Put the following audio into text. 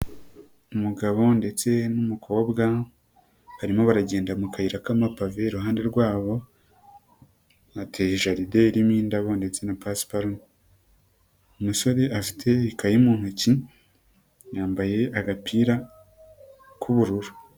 Umugabo ndetse n'umukobwa barimo baragenda mu kayira k'amapave iruhande rwabo hateye jaride irimo indabo ndetse na pasiparume, umusore afite ikayi mu ntoki yambaye agapira k'ubururu.